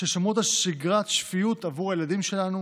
ששומרות על שגרת שפיות בעבור הילדים שלנו